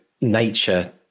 nature